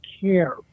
care